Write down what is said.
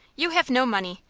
you have no money.